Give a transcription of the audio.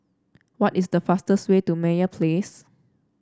what is the fastest way to Meyer Place